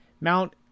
Mount